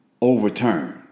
overturned